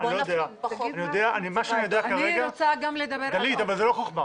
דלית, אבל זו לא חכמה,